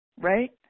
right